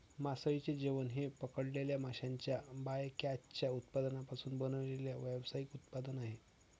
मासळीचे जेवण हे पकडलेल्या माशांच्या बायकॅचच्या उत्पादनांपासून बनवलेले व्यावसायिक उत्पादन आहे